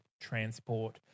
transport